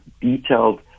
detailed